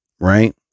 Right